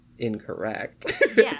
Incorrect